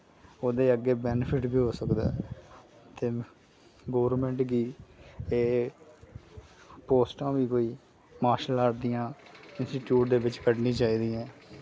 ओह्दे अग्गे बैनिफिट वी हो सकदा ऐ ते गोरमैंट गी एह् पोस्टां वी कोई मार्शल आर्ट दियां इंस्टीटयूट दे विच कड्ढनी चाहिदियां